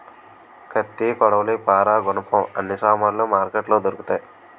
కత్తి కొడవలి పారా గునపం అన్ని సామానులు మార్కెట్లో దొరుకుతాయి